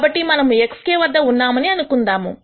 కాబట్టి మనము xk వద్ద ఉన్నామని అనుకుందాము